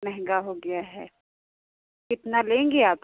महंगा हो गया है कितना लेंगी आप